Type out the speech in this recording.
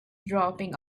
dropping